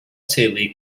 teulu